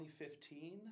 2015